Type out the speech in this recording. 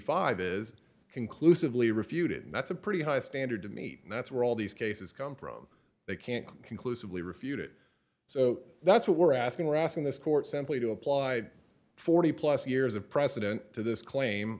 dollars is conclusively refuted and that's a pretty high standard to meet and that's where all these cases come from they can't conclusively refute it so that's what we're asking we're asking this court simply to apply forty plus years of precedent to this claim